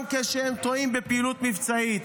גם כשהם טועים בפעילות מבצעית.